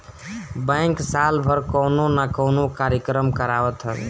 bank साल भर कवनो ना कवनो कार्यक्रम करावत हवे